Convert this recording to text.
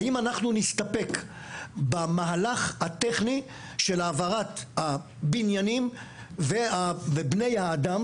האם אנחנו נסתפק במהלך הטכני של העברת הבניינים ובני האדם